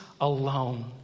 alone